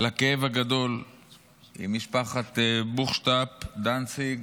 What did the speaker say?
לכאב הגדול עם משפחות בוכשטב ודנציג.